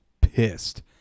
pissed